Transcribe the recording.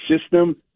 system